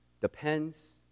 depends